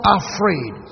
afraid